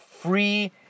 free